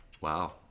Wow